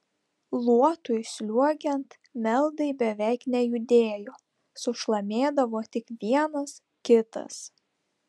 luotui sliuogiant meldai beveik nejudėjo sušlamėdavo tik vienas kitas